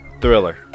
Thriller